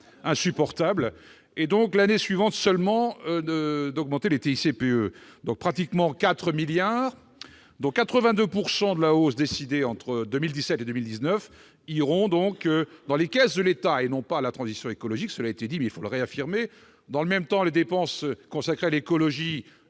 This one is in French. insupportable et, l'année suivante seulement, d'augmenter la TICPE de pratiquement 4 milliards d'euros, dont 82 % de la hausse décidée entre 2017 et 2019 iront dans les caisses de l'État, et non pas à la transition écologique- cela a été dit, mais il faut le répéter. Dans le même temps, les dépenses consacrées à l'écologie